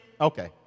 Okay